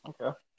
Okay